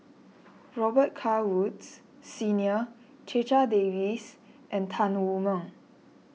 Robet Carr Woods Senior Checha Davies and Tan Wu Meng